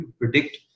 predict